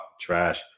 trash